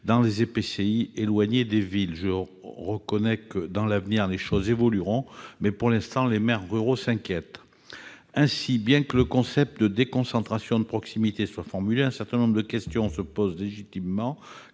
éloignés des villes. Je le reconnais, à l'avenir, les choses évolueront, mais, pour l'instant, les maires ruraux s'inquiètent. Ainsi, bien que le concept de déconcentration de proximité soit formulé, un certain nombre de questions se posent légitimement